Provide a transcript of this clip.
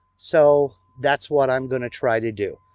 so that's what i'm going to try to do.